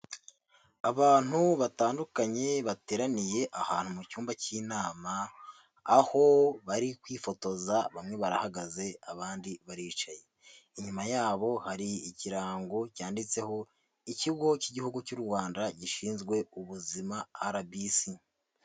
Abantu batandukanye bateraniye ahantu mu cyumba cy'inama aho bari kwifotoza bamwe barahagaze abandi baricaye, inyuma yabo hari ikirango cyanditseho ikigo cy'igihugu cy'u Rwanda gishinzwe ubuzima RBC.